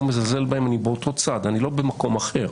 מזלזל בהן ואני באותו צד ולא שאני במקום אחר